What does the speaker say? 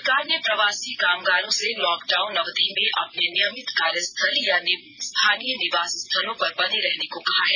सरकार ने प्रवासी कामगारों से लॉकडाउन अवधि में अपने नियमित कार्य स्थल या स्थानीय निवास स्थलों पर बने रहने को कहा है